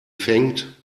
fängt